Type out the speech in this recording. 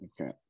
Okay